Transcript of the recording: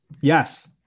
Yes